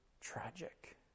tragic